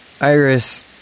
Iris